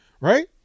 right